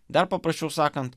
dar paprasčiau sakant